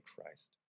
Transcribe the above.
Christ